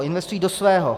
Investují do svého.